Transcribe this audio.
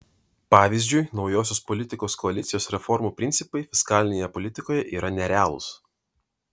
pavyzdžiui naujosios politikos koalicijos reformų principai fiskalinėje politikoje yra nerealūs